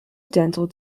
dental